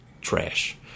Trash